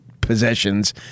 possessions